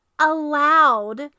allowed